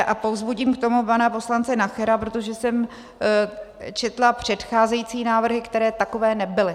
A povzbudím k tomu pana poslance Nachera, protože jsem četla předcházející návrhy, které takové nebyly.